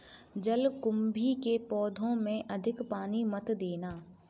जलकुंभी के पौधों में अधिक पानी मत देना